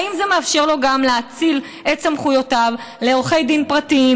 האם זה מאפשר לו גם להאציל את סמכויותיו לעורכי דין פרטיים,